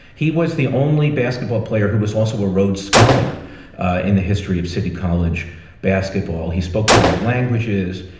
he was the only basketball player who was also a rhodes scholar in the history of city college basketball. he spoke five languages.